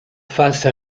face